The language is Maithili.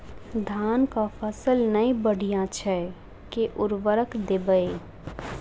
धान कऽ फसल नै बढ़य छै केँ उर्वरक देबै?